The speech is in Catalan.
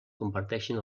comparteixen